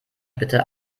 bitte